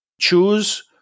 choose